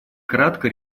кратко